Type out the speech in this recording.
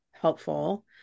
helpful